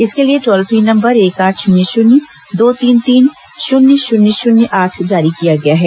इसके लिए toll free number एक आठ शून्य शून्य दो तीन तीन शून्य शून्य शून्य आठ जारी किया गया है